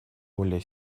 более